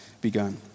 begun